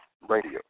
Radio